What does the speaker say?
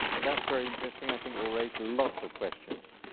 that's very interesting. i think it will raise lots of questions.